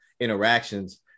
interactions